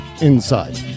inside